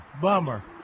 bummer